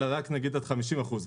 אלא נגיד רק עד 50 אחוז,